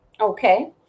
Okay